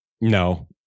No